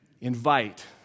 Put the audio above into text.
Invite